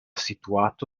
situato